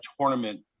tournament